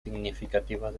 significativas